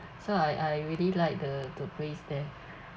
so I I really like the the place there